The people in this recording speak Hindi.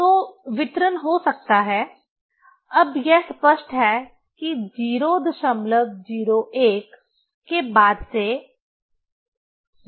तो वितरण हो सकता है अब यह स्पष्ट है कि 001 के बाद से यह अल्पतमांक है